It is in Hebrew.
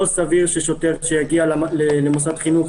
לא סביר ששוטר שיגיע למוסד חינוך